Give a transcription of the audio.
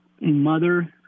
mother